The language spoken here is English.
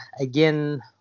again